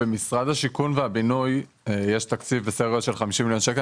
במשרד השיכון והבינוי יש תקציב בסדר גודל של 50 מיליון שקל.